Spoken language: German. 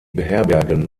beherbergen